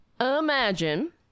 imagine